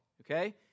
Okay